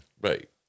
Right